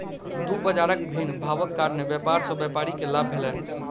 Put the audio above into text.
दू बजारक भिन्न भावक कारणेँ व्यापार सॅ व्यापारी के लाभ भेलैन